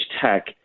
tech